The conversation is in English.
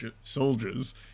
Soldiers